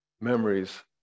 memories